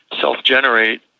self-generate